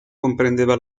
comprendeva